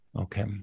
Okay